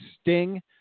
Sting